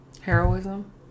Heroism